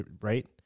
right